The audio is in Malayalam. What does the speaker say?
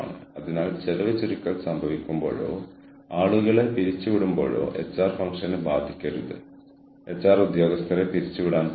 എച്ച്ആർ മാനേജർമാർ എന്ന നിലയിൽ നിങ്ങൾ ഈ ടെൻഷനുകൾ അഭിമുഖീകരിക്കുമ്പോൾ നിങ്ങൾക്ക് ചെയ്യാൻ കഴിയുന്നത് വ്യത്യസ്ത സംഘടനാ യൂണിറ്റുകളിലുടനീളം വ്യത്യസ്ത ശ്രദ്ധാകേന്ദ്രങ്ങൾ നീക്കിവെക്കുക എന്നതാണ്